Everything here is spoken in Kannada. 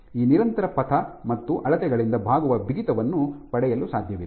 ಈ ನಿರಂತರ ಪಥ ಮತ್ತು ಅಳತೆಗಳಿಂದ ಬಾಗುವ ಬಿಗಿತವನ್ನು ಪಡೆಯಲು ಸಾಧ್ಯವಿದೆ